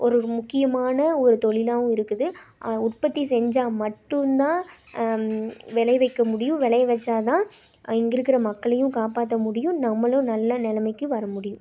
ஒரு முக்கியமான ஒரு தொழிலாகவும் இருக்குது உற்பத்தி செஞ்சால் மட்டும் தான் விளைவிக்க முடியும் விளைய வைச்சா தான் இங்கே இருக்கிற மக்களையும் காப்பாற்ற முடியும் நம்மளும் நல்ல நிலைமைக்கு வரமுடியும்